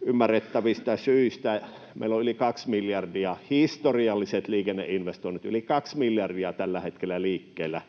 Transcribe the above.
ymmärrettävistä syistä. Meillä on yli 2 miljardia, historialliset liikenneinvestoinnit, yli 2 miljardia, tällä hetkellä liikkeellä.